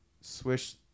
Swish